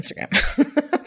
Instagram